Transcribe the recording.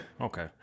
okay